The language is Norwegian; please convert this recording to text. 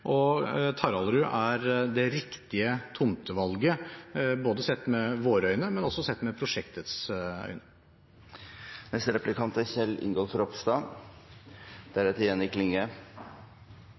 Taraldrud er det riktige tomtevalget sett med våre øyne og sett med prosjektets øyne. I går var en spennende dag for mange som er